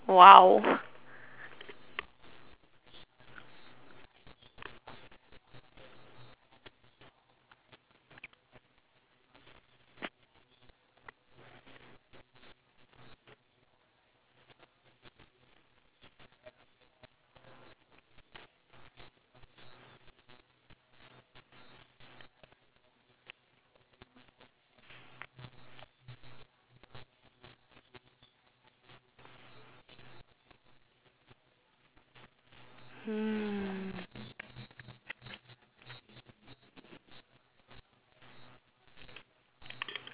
hmm